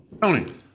Tony